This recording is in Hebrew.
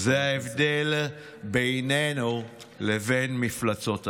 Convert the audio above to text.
זה ההבדל בינינו לבין מפלצות אדם.